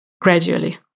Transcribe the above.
gradually